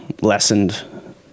lessened